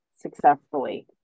successfully